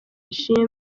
ishimwe